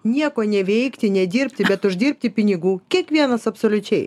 nieko neveikti nedirbti bet uždirbti pinigų kiekvienas absoliučiai